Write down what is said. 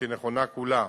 שהיא נכונה כולה,